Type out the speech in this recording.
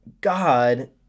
God